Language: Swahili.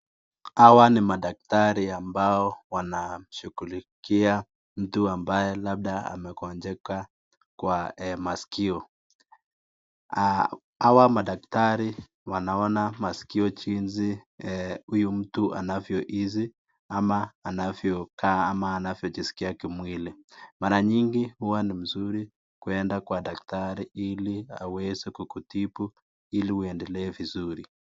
Hawa ni madaktari wawili ambao wanamshughulukia mtu ambaye labda amegonjeka kwa maskio, hawa madaktari wanaona maskio jinsi huyu mtu anavohisi anavyokaa ama anavyojiskia kimwili, mara nyingi huwa ni mzuri kwenda kwa daktari ili aweza kukutibu ili uendelee vizuri.